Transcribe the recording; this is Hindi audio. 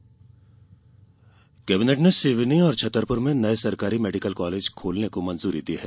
कैबिनेट कैबिनेट ने सिवनी और छतरपूर में नये सरकारी मेडिकल कॉलेज खोलने को मंजूरी दी है